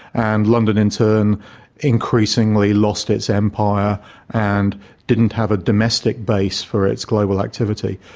and london in turn increasingly lost its empire and didn't have a domestic base for its global activity.